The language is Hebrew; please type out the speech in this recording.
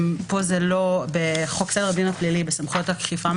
זה סעיף 38 בחוק סדר הדין הפלילי (סמכויות אכיפה,